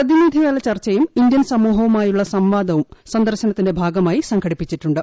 പ്രതിനിധിതല ചർച്ചയും ഇീന്ത്യൻ സമൂഹവുമായുള്ള സംവാദവും സന്ദർശനത്തിന്റെ ഭാഗമായി സംഘടിപ്പിച്ചിട്ടുണ്ട്